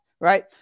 right